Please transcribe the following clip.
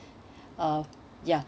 uh ya